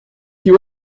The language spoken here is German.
die